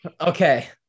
Okay